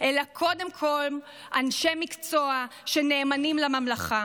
אלא קודם כול אנשי מקצוע שנאמנים לממלכה.